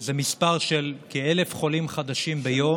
זה מספר של כ-1,000 חולים חדשים ביום,